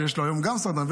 גם סדרן,